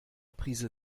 prise